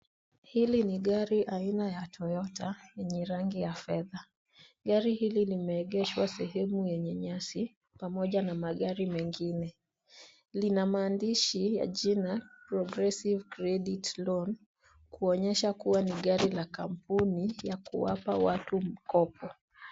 Hili ni gari aina ya Toyota yenye rangi ya fedha. Gari hili limeegeshwa sehemu yenye nyasi pamoja na magari mengine. Lina maandishi ya jina, progressive credit loan, kuonyesha kuwa ni gari la kampuni ya kuwapa watu mkopo.